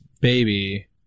baby